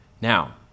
Now